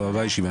הישיבה נעולה.